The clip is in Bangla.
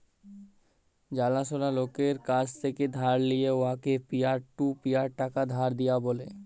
জালাশলা লকের কাছ থ্যাকে ধার লিঁয়ে উয়াকে পিয়ার টু পিয়ার টাকা ধার দিয়া ব্যলে